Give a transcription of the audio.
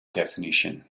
definition